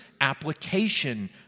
application